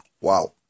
Wow